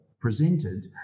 presented